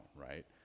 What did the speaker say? right